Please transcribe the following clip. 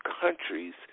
countries